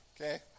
Okay